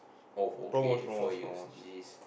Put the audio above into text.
oh okay four years geez